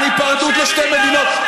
על היפרדות לשתי מדינות,